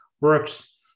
works